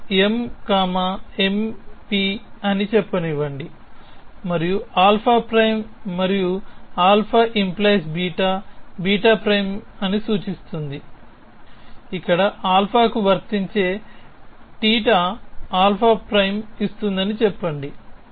ఇది m mp అని చెప్పనివ్వండి మరియు α'మరియు α🡪β β' అని సూచిస్తుంది ఇక్కడ α కు వర్తించే θతీటా α' ఇస్తుందని చెప్పండి